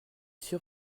sûr